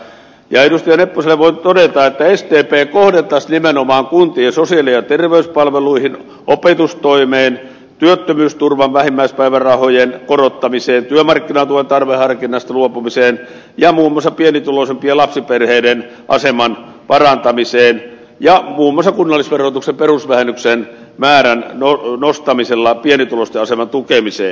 nepposelle voin todeta että sdp kohdentaisi nimenomaan kuntien sosiaali ja terveyspalveluihin opetustoimeen työttömyysturvan vähimmäispäivärahojen korottamiseen työmarkkinatuen tarveharkinnasta luopumiseen ja muun muassa pienituloisimpien lapsiperheiden aseman parantamiseen ja muun muassa kunnallisverotuksen perusvähennyksen määrän nostamisella pienituloisten aseman tukemiseen